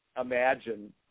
imagine